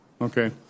Okay